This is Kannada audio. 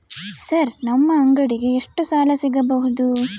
ಸರ್ ನಮ್ಮ ಅಂಗಡಿಗೆ ಎಷ್ಟು ಸಾಲ ಸಿಗಬಹುದು?